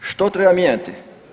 Što treba mijenjati?